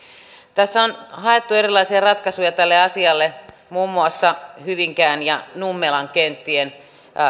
tässä on haettu erilaisia ratkaisuja tälle asialle muun muassa hyvinkään ja nummelan kenttien